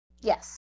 Yes